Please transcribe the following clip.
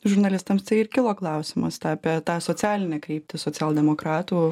žurnalistams tai ir kilo klausimastą apie tą socialinį kryptį socialdemokratų